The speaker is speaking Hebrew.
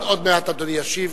עוד מעט אדוני ישיב.